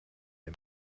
him